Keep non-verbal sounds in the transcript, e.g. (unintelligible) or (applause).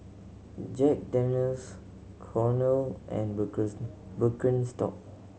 Jack Daniel's Cornell and (unintelligible) Birkenstock